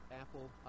Apple